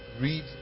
read